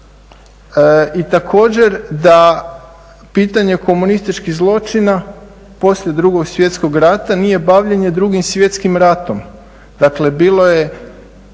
i također da pitanje komunističkih zločina poslije II. Svjetskog rata nije bavljenje II. Svjetskim ratom. Dakle, bilo je,